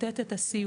לתת את הסיוע.